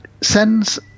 sends